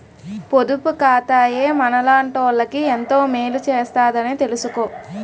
పొదుపు ఖాతాయే మనలాటోళ్ళకి ఎంతో మేలు సేత్తదని తెలిసుకో